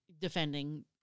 defending